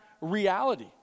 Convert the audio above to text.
reality